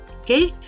okay